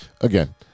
again